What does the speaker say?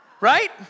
Right